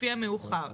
לפי המאוחר.